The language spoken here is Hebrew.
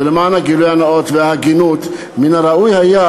ולמען הגילוי הנאות וההגינות מן הראוי היה